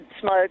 smoke